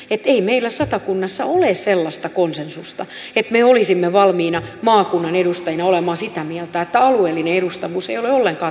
ei meillä satakunnassa ole sellaista konsensusta että me olisimme valmiina maakunnan edustajina olemaan sitä mieltä että alueellinen edustavuus ei ole ollenkaan tärkeätä